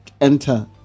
enter